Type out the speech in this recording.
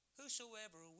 whosoever